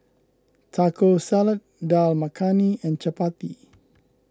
Taco Salad Dal Makhani and Chapati